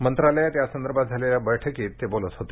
मंत्रालयात यासंदर्भात झालेल्या बैठकीत ते बोलत होते